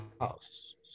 house